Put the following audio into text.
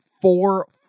four